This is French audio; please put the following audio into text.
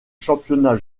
championnat